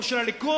או של הליכוד,